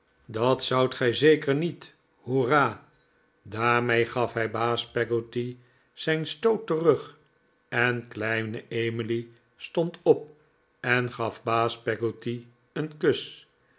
dat zoudt gij zeker niet hoera daarmee gaf hij baas peggotty zijn stoot terug en kleine emily stond op en gaf baas peggotty een kus